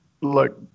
Look